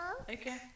okay